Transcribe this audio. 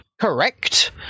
Correct